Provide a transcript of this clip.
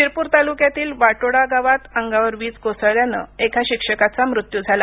शिरपूर तालुक्यातील वाटोडा गावात अंगावर वीज कोसळल्याने एका शिक्षकाचा मृत्यू झाला